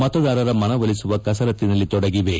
ಮತದಾರನ ಮನವೊಲಿಸುವ ಕಸರತ್ತಿನಲ್ಲಿ ತೊಡಗಿವೆ